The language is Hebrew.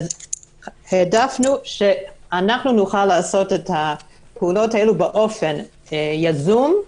העדפנו שנוכל לעשות את הפעולות האלה באופן יזום.